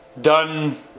done